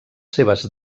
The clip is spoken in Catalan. seves